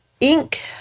ink